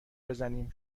بزنیم